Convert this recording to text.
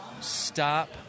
stop